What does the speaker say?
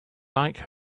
like